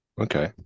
Okay